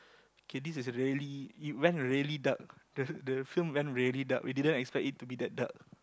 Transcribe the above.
okay this is really it went really dark the the film went really dark we didn't expect it to be that dark